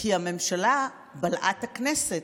כי הממשלה בלעה את הכנסת,